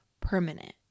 permanent